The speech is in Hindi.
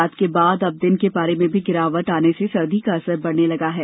रात के बाद अब दिन के पारे में भी गिरावट आने से सर्दी का असर बढने लगा है